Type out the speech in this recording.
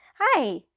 Hi